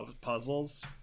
puzzles